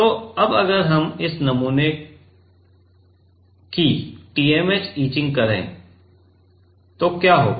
तो अब अगर हम इस नमूने की TMAH इचिंग करें तो क्या होगा